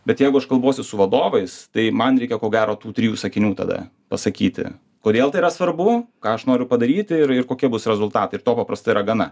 bet jeigu aš kalbuosi su vadovais tai man reikia ko gero tų trijų sakinių tada pasakyti kodėl tai yra svarbu ką aš noriu padaryti ir ir kokie bus rezultatai ir to paprastai yra gana